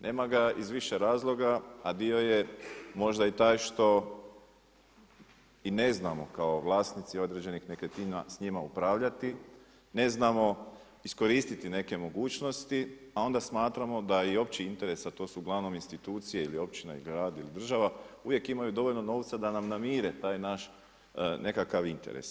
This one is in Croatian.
Nema ga iz više razloga, a dio je možda i taj što i ne znamo kao vlasnici određenih nekretnina s njima upravljati, ne znamo iskoristiti neke mogućnosti, a onda smatramo da i opći interesa, to su uglavnom institucije ili općina i grad ili država, uvijek ima dovoljno novaca, da nam namire taj naš nekakav interes.